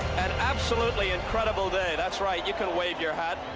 and an absolutely incredible day. that's right, you can wave your hat.